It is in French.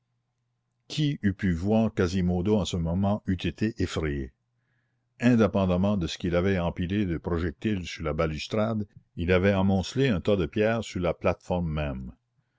qui eût pu voir quasimodo en ce moment eût été effrayé indépendamment de ce qu'il avait empilé de projectiles sur la balustrade il avait amoncelé un tas de pierres sur la plate-forme même